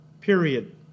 Period